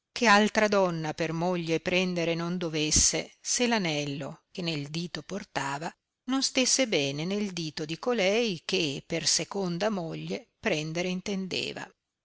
che altra donna per moglie prendere non dovesse se l'anello che nel dito portava non stesse bene nel dito di colei che per seconda moglie prendere intendeva